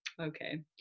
okay